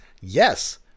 Yes